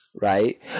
right